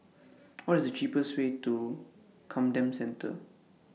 What IS The cheapest Way to Camden Centre